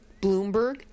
Bloomberg